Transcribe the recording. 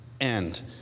end